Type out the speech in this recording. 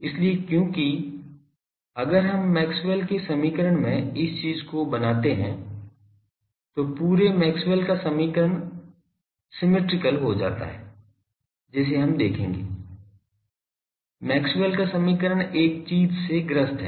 इसलिए क्योंकि अगर हम मैक्सवेल के समीकरण में इस चीज़ को बनाते हैं तो पूरे मैक्सवेल का समीकरण सममित हो जाता है जिसे हम देखेंगे मैक्सवेल का समीकरण एक चीज से ग्रस्त है